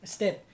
Step